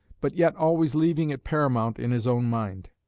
but yet always leaving it paramount in his own mind.